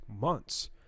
months